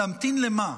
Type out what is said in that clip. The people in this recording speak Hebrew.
להמתין למה?